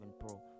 pro